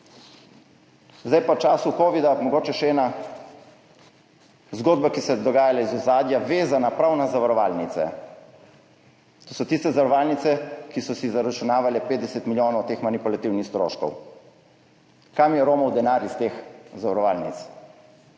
višji. V času covida mogoče še ena zgodba, ki se je dogajala iz ozadja, vezana prav na zavarovalnice, to so tiste zavarovalnice, ki so si zaračunavale 50 milijonov teh manipulativnih stroškov. Kam je romal denar iz teh zavarovalnic?